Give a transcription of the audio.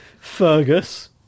Fergus